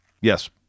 yes